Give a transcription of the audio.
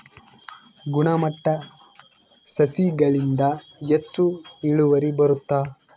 ಗುಣಮಟ್ಟ ಸಸಿಗಳಿಂದ ಹೆಚ್ಚು ಇಳುವರಿ ಬರುತ್ತಾ?